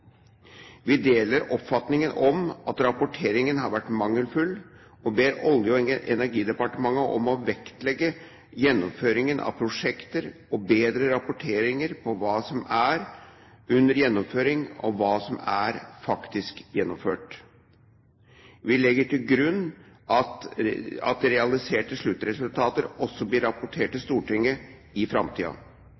Vi deler oppfatningen av at rapporteringen har vært mangelfull, og ber Olje- og energidepartementet om å vektlegge gjennomføringen av prosjekter og bedre rapporteringen av hva som er under gjennomføring, og hva som faktisk er gjennomført. Vi legger til grunn at realiserte sluttresultater også blir rapportert til